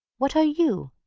what are you?